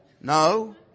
No